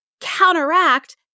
counteract